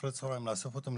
אחרי הצהריים לאסוף אותם,